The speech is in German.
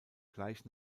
gleich